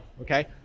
okay